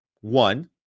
One